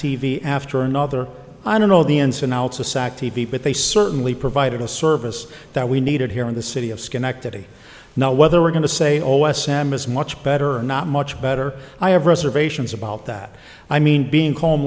v after another i don't know the ins and outs of sac t v but they certainly provided a service that we needed here in the city of schenectady know whether we're going to say o s m is much better not much better i have reservations about that i mean being home